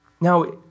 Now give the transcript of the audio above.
Now